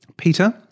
Peter